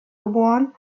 geboren